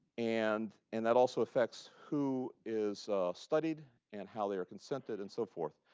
and and that also affects who is studied and how they are consented, and so forth.